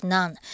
None